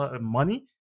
money